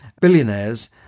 billionaires